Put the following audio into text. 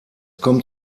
kommt